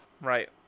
right